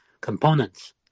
components